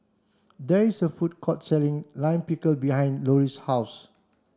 there is a food court selling Lime Pickle behind Loree's house